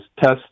test